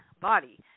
body